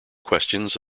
questions